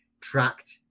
tracked